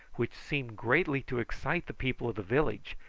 which seemed greatly to excite the people of the village,